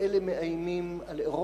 ואלה מאיימים על אירופה,